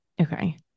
Okay